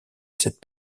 cette